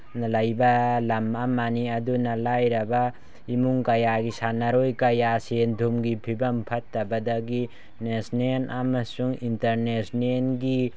ꯂꯩꯕ ꯂꯝ ꯑꯃꯅꯤ ꯑꯗꯨꯅ ꯂꯥꯏꯔꯕ ꯏꯃꯨꯡ ꯀꯌꯥꯒꯤ ꯁꯥꯟꯅꯔꯣꯏ ꯀꯌꯥ ꯁꯦꯟ ꯊꯨꯝꯒꯤ ꯐꯤꯕꯝ ꯐꯠꯇꯕꯗꯒꯤ ꯅꯦꯁꯅꯦꯟ ꯑꯃꯁꯨꯡ ꯏꯟꯇꯔꯅꯦꯁꯅꯦꯜꯒꯤ